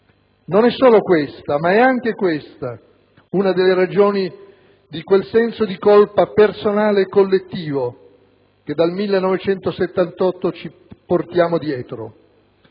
Non è solo questa, ma è anche questa una delle ragioni di quel senso di colpa personale e collettivo che dal 1978 ci portiamo dietro.